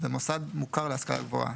ו"מוסד מוכר להשכלה גבוהה"